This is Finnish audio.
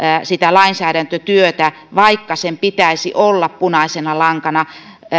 sitä lainsäädäntötyötä vaikka sen pitäisi olla punaisena lankana